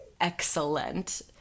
excellent